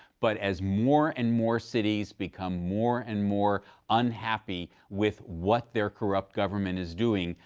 but as more and more cities become more and more unhappy with what their corrupt government is doing,